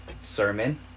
sermon